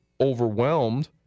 overwhelmed